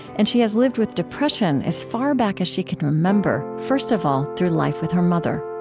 and she has lived with depression as far back as she can remember first of all, through life with her mother